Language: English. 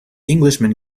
englishman